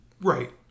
Right